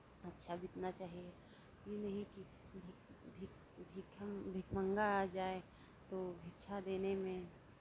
अच्छा बीतना चाहिए ये नहीं कि भीख भीख भीख भिखमंगा आ जाये तो भिक्षा देने में